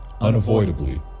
unavoidably